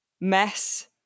mess